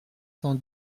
cent